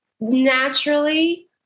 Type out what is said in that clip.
naturally